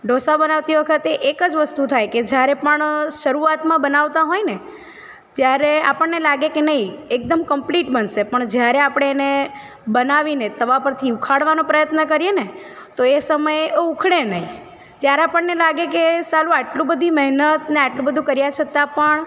ઢોસા બનાવતી વખતે એક જ વસ્તુ થાય કે જ્યારે પણ શરૂઆતમાં બનાવતાં હોય ને ત્યારે આપણને લાગે કે નહીં એકદમ કમ્પ્લીટ બનશે પણ જ્યારે આપણે એને બનાવીને તવા પરથી ઉખાડવાનો પ્રયત્ન કરીએ ને તો એ સમયે એ ઊખડે નહીં ત્યારે આપણને લાગે કે સાલું આટલું બધી મહેનત ને આટલું બધું કર્યા છતાં પણ